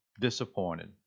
disappointed